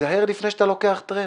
תיזהר לפני שאתה נותן טרמפ,